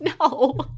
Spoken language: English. No